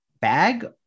bag